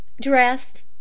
dressed